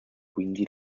quindi